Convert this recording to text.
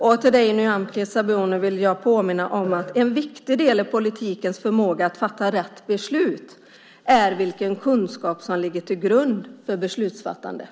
Jag vill påminna dig, Nyamko Sabuni, om att en viktig del i politikens förmåga att fatta rätt beslut är vilken kunskap som ligger till grund för beslutsfattandet.